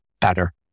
better